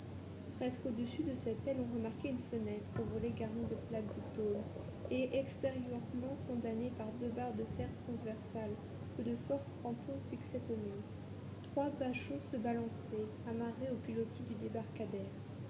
presque au-dessus de cette aile on remarquait une fenêtre aux volets garnis de plaques de tôle et extérieurement condamnés par deux barres de fer transversales que de forts crampons fixaient au mur trois bachots se balançaient amarrés aux pilotis du débarcadère